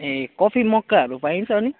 ए कफी मक्काहरू पाइन्छ अनि